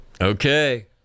Okay